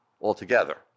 altogether